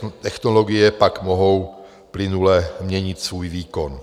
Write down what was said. Obě technologie pak mohou plynule měnit svůj výkon.